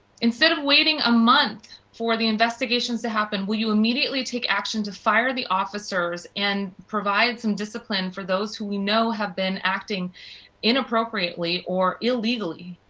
instead of waiting a month for the investigations to happen, will you immediately take action to fire the officers and provide some discipline for those, who we know have been acting inappropriately, or illegally,